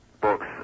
books